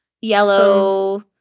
Yellow